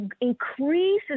increases